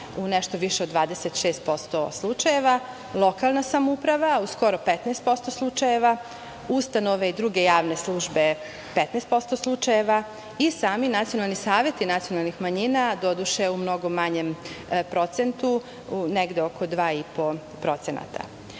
u nešto više od 26% slučajeva, lokalna samouprava, u skoro 15% slučajeva, ustanove i druge javne službe 15% slučajeva i sami nacionalni saveti nacionalnih manjina, doduše u mnogo manjem procentu, negde oko 2,5%.Za